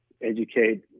educate